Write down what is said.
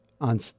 On